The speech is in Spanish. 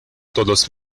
todos